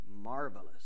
marvelous